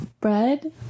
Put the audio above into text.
Bread